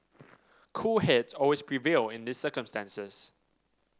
cool heads always prevail in these circumstances